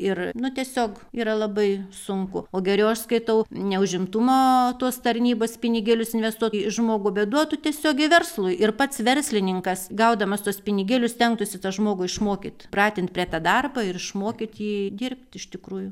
ir nu tiesiog yra labai sunku o geriau aš skaitau ne užimtumo tos tarnybos pinigėlius investuot į žmogų bet duotų tiesiogiai verslui ir pats verslininkas gaudamas tuos pinigėlius stengtųsi tą žmogų išmokyt pratint prie tą darbą ir išmokyt jį dirbt iš tikrųjų